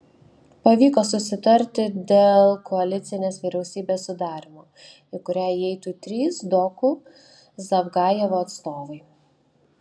pavyko susitarti dėl koalicinės vyriausybės sudarymo į kurią įeitų trys doku zavgajevo atstovai